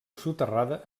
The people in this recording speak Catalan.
soterrada